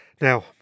Now